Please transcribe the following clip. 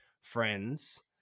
friends